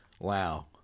Wow